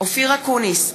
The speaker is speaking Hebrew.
אופיר אקוניס,